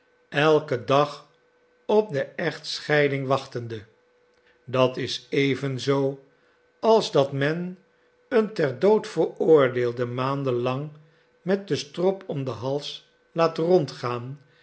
elken dag op de echtscheiding wachtende dat is evenzoo als dat men een ter dood veroordeelde maanden lang met den strop om den hals laat rondgaan